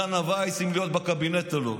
לא מדנה וייס אם להיות בקבינט או לא.